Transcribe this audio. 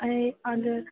அது